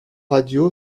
radio